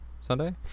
Sunday